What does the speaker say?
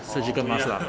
surgical mask lah